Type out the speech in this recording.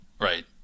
Right